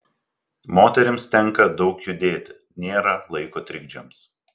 moterims tenka daug judėti nėra laiko trikdžiams